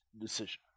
decision